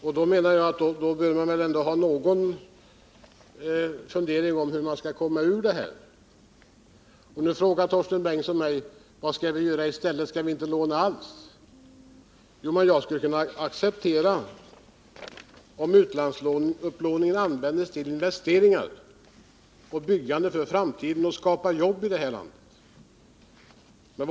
Å Jag menar att man väl ändå bör ha någon fundering om hur man skall komma ur den här situationen. Då frågar Torsten Bengtson mig: Vad skall vi göra i stället? Skall vi inte låna alls? Jo, jag skulle kunna acceptera utlandslånen, om de användes till investeringar, till byggande för framtiden för att skapa jobb i det här landet.